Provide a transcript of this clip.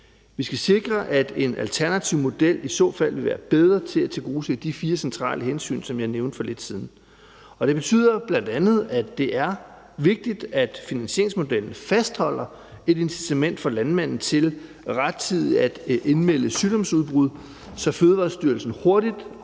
Vi skal sikre, at en alternativ model i så fald vil være bedre til at tilgodese de fire centrale hensyn, som jeg nævnte for lidt siden. Det betyder bl.a., at det er vigtigt, at finansieringsmodellen fastholder et incitament for landmanden til rettidigt at indmelde sygdomsudbrud, så Fødevarestyrelsen hurtigt